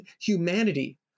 humanity